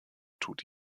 tut